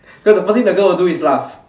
cause the first thing the girl will do is laugh